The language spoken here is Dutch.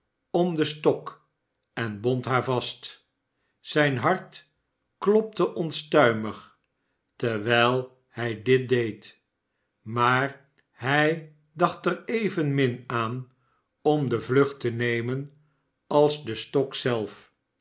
om den stok en bond haar vast zijn hart klopte onstuimig terwijl hij dit deed maar hij dacht er evenmin aan om de vlucht te nemen als de stok zelf